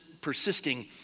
persisting